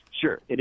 Sure